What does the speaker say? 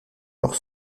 leur